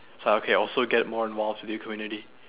so okay also get more involved with the community